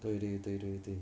对对对对对